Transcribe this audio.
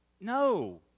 No